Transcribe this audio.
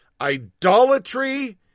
idolatry